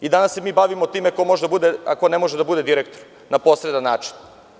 Danas se mi bavimo time ko može a ko ne može da bude direktor, na posredan način.